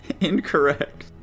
Incorrect